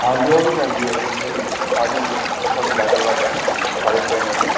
ਹਾਂਜੀ ਉਹ ਵੀ ਜਾਂਦੀ ਹੈ ਜੀ ਇਹ ਤਾਂ ਸਾਰੀਆਂ ਬੱਸਾਂ ਦੀ ਅਲੱਗ ਅਲੱਗ ਹੈ ਸਾਰੀ ਟ੍ਰੇਨਾਂ ਦੀ